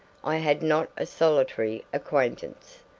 i had not a solitary acquaintance.